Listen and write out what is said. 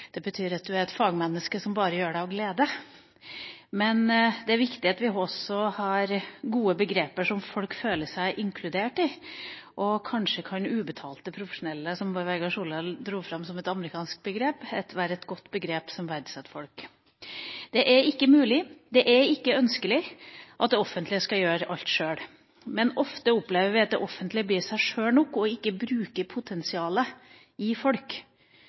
Det siste betyr at du er et fagmenneske som bare gjør noe av glede. Men det er viktig at vi også har gode begreper som folk føler seg inkludert i, og kanskje kan «ubetalte profesjonelle», som Bård Vegar Solhjell dro fram som et amerikansk begrep, være et godt begrep som viser at vi verdsetter folk. Det er ikke mulig, og det er ikke ønskelig at det offentlige skal gjøre alt sjøl. Men ofte opplever vi at det offentlige blir seg sjøl nok og ikke bruker potensialet i folk.